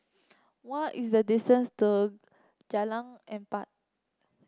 what is the distance to Jalan Empat